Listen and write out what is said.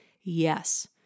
Yes